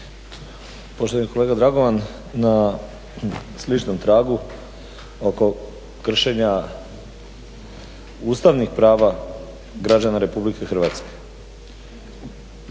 Poštovani kolega Dragovan, na sličnom tragu oko kršenja ustavnih prava građana Republike Hrvatske.